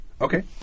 Okay